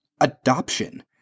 adoption